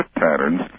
patterns